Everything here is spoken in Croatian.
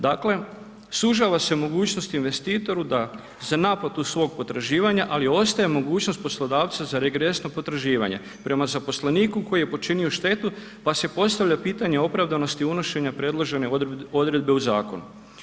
Dakle, sužava se mogućnost investitoru da, za naplatu svog potraživanja ali ostaje mogućnost poslodavca za regresno potraživanje prema zaposleniku koji je počinio štetu pa se postavlja pitanje opravdanosti unošenja predložene odredbe u zakon.